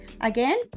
again